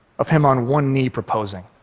of him on one knee proposing.